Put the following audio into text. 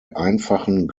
einfachen